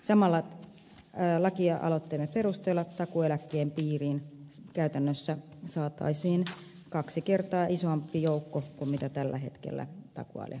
lakialoitteemme mukaan samalla takuueläkkeen piiriin saataisiin käytännössä kaksi kertaa isompi joukko kuin tällä hetkellä takuueläkkeen piirissä on